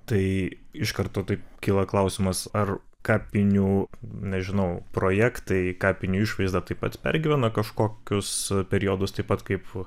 tai iš karto taip kyla klausimas ar kapinių nežinau projektai kapinių išvaizda taip pat pergyvena kažkokius periodus taip pat kaip